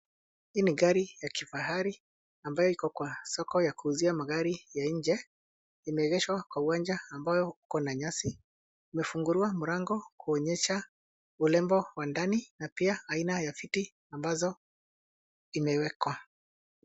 Hii ni gari ya kifahari ambayo iko kwa soko ya kuuzia magari ya nje. Imeegeshwa kwa uwanja ambayo iko na nyasi. Imefunguliwa mlango kuonyesha urembo wa ndani na pia aina ya viti ambazo imewekwa.